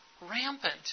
rampant